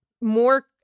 more